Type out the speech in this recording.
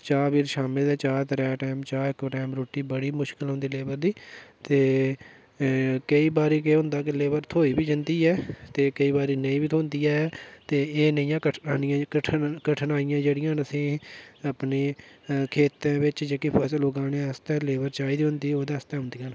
चाऽ शामीं लै त्रैऽ टाईम चाऽ इक्क टाईम रुट्टी बड़ी मुश्कल कन्नै देना पौंदी ते केईं बारी केह् होंदा कि लेबर थ्होई बी जंदी ऐ ते केईं बारी नेईं बी थ्होंदी ऐ एह् नेहि्यां कठनाइयां जेह्ड़ियां न असेंगी अपने खेत्तर बिच जेह्की फसल उगानै आस्तै लेबर चाही दी होंदी ते ओह् ओह्दे आस्तै होंदी ऐ